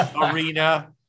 arena